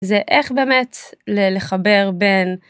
זה איך באמת לחבר בין.